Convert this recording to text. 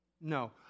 No